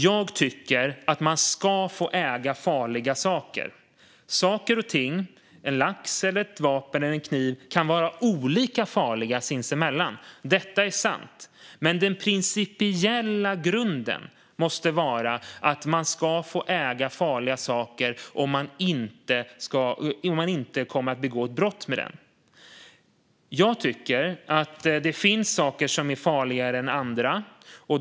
Jag tycker att man ska få äga farliga saker. Saker och ting - en lax, ett vapen eller en kniv - kan vara olika farliga sinsemellan. Detta är sant. Men den principiella grunden måste vara att man ska få äga farliga saker om man inte begår brott med dem. Det finns saker som är farligare än andra.